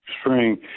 Spring